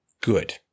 good